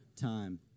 time